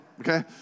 Okay